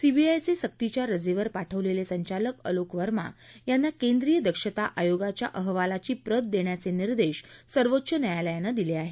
सीबीआयचे सक्तीच्या रजेवर पाठवलेले संचालक आलोक वर्मा यांना केंद्रीय दक्षता आयोगाच्या अहवालाची प्रत देण्याचे निर्देश सर्वोच्च न्यायालयानं दिले आहेत